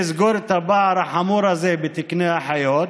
לסגור את הפער החמור הזה בתקני אחיות,